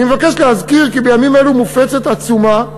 אני מבקש להזכיר כי בימים אלו מופצת עצומה,